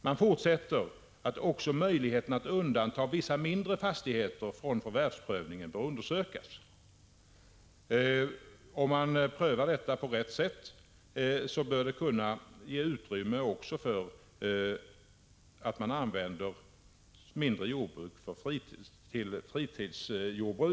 Man fortsätter: ”Också möjligheten att undanta vissa mindre fastigheter från förvärvsprövningen bör undersökas.” Om man prövar detta på rätt sätt bör det kunna ge utrymme för att man använder mindre jordbruk till fritidsjordbruk.